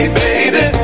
baby